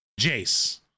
Jace